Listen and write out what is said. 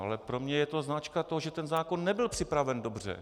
Ale pro mě je to známka toho, že ten zákon nebyl připraven dobře.